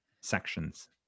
sections